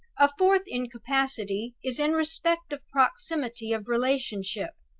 a fourth incapacity is in respect of proximity of relationship